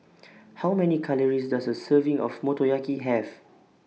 How Many Calories Does A Serving of Motoyaki Have